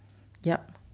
yup